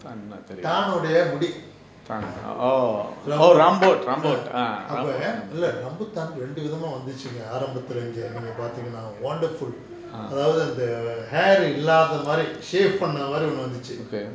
tan ஓடய முடி:odaya mudi rambu~ அப்ப இல்ல:appa illa rambutan ரெண்டு விதமா வந்துச்சிங்க ஆரம்பத்துல இங்க நீங்க பார்த்திங்கனா:rendu vithama vanduchi aarambathula inga neenga paarthinggana wonderful அதாவது அந்த:athaavathu antha hairy லாத மாரி:laatha maari shave பண்ண மாதிரி ஒன்னு வந்துச்சி:panna mathiiri onnu vanduchi